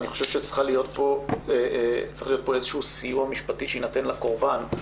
אני חושב שצריך להיות פה סיוע משפטי שיינתן לקורבן.